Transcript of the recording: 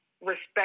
respect